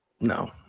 No